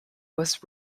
was